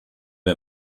der